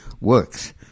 works